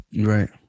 Right